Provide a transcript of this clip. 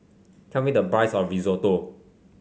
tell me the price of Risotto